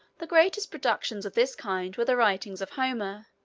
the greatest productions of this kind were the writings of homer,